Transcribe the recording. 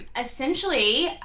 essentially